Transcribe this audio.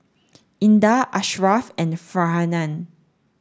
Indah Ashraf and Farhanah